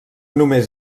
només